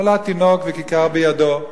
נולד תינוק וכיכר בידו.